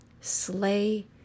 Slay